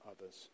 others